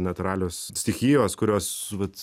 natūralios stichijos kurios vat